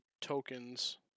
tokens